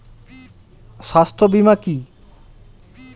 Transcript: স্বাস্থ্য বীমা কি?